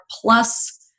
plus